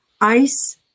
Ice